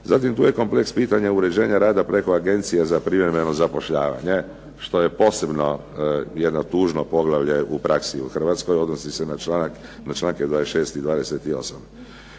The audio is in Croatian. Zatim tu je kompleks pitanja uređenja rada preko Agencije za privremeno zapošljavanje, što je posebno jedno tužno poglavlje u praksi u Hrvatskoj, odnosi se na članke 26. i 28.